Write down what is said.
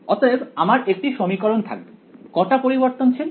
অতএব আমার একটি সমীকরণ থাকবে কটা পরিবর্তনশীল